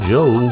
Joe